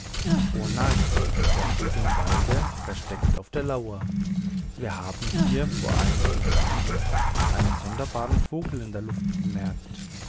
o nein er steht im walde versteckt auf der lauer wir haben hier vor einigen tagen einen sonderbaren vogel in der luft bemerkt